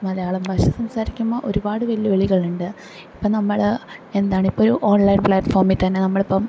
മലയാള ഭാഷ സംസാരിക്കുമ്പോൾ ഒരുപാട് വെല്ല് വിളികള് ഉണ്ട് ഇപ്പം നമ്മള് എന്താണ് ഇപ്പം ഒരു ഒൺലൈൻ പ്ലാറ്റ്ഫോമിൽ തന്നെ നമ്മളിപ്പം